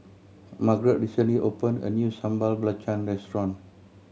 Margeret recently opened a new Sambal Belacan restaurant